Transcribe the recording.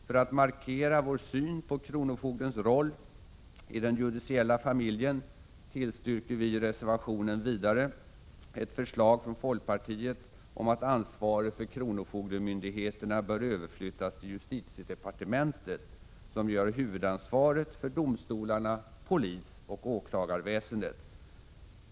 För att markera vår syn på kronofogdens roll i den judiciella familjen tillstyrker vi i reservationen vidare ett förslag från folkpartiet om att ansvaret för kronofogdemyndigheterna bör överflyttas till justitiedepartementet, som ju har huvudansvaret för domstolarna, polisoch åklagarväsendet.